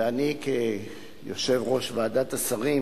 ואני כיושב-ראש ועדת השרים